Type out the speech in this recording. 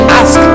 ask